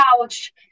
couch